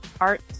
art